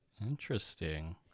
interesting